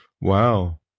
Wow